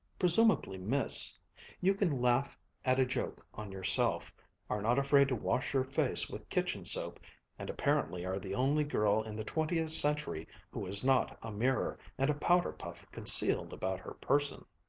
presumably miss you can laugh at a joke on yourself are not afraid to wash your face with kitchen soap and apparently are the only girl in the twentieth century who has not a mirror and a powder-puff concealed about her person.